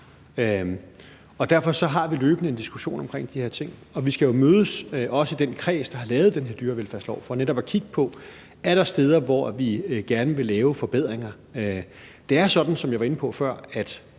Derfor har vi løbende en diskussion om de her ting, og vi skal jo også mødes i den kreds, der har lavet den her dyrevelfærdslov, for netop at kigge på, om der er steder, hvor vi gerne vil lave forbedringer. Det er sådan, som jeg var inde på før,